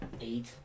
Eight